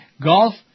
Golf